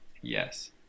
Yes